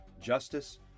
Justice